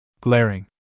Glaring